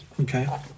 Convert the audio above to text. Okay